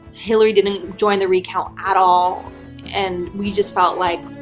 hillary didn't join the recount at all and we just felt like.